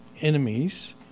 enemies